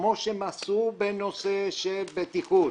כמו שעשו בנושא של בטיחות,